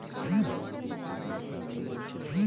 कौन मोला घर बनाय बार लोन देही?